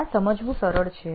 આ સમજવું સરળ છે